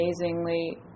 amazingly